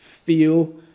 Feel